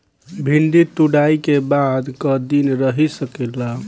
भिन्डी तुड़ायी के बाद क दिन रही सकेला?